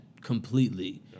completely